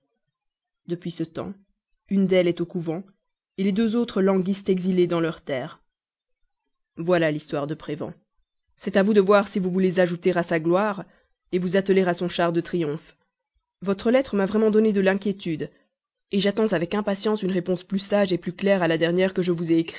depuis ce temps une d'elles est au couvent les deux autres languissent exilées dans leurs terres voilà l'histoire de prévan c'est à vous de voir si vous voulez ajouter à sa gloire vous atteler à son char de triomphe votre lettre m'a vraiment donné de l'inquiétude j'attends avec impatience une réponse plus sage plus claire à la dernière que je vous ai